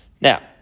now